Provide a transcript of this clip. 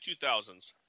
2000s